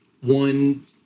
one